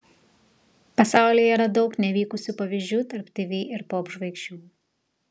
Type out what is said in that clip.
pasaulyje yra daug nevykusių pavyzdžių tarp tv ir popžvaigždžių